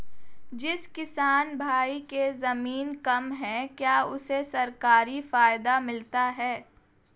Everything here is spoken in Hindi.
जिस किसान भाई के ज़मीन कम है क्या उसे सरकारी फायदा मिलता है?